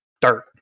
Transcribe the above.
dirt